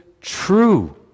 true